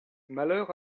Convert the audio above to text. malheur